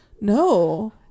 No